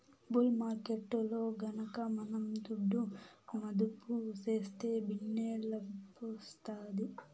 bull మార్కెట్టులో గనక మనం దుడ్డు మదుపు సేస్తే భిన్నే లాబ్మొస్తాది